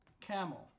camel